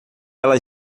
ela